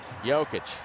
Jokic